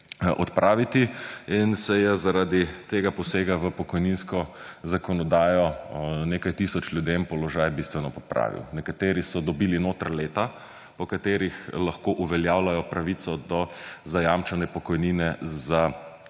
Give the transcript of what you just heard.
odpraviti in se je zaradi tega posega v pokojninsko zakonodajo nekaj tisoč ljudem položaj bistveno popravil. Nekateri so dobili notri leta po katerih lahko uveljavljajo pravico do zajamčene pokojnine za